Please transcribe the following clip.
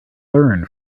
learn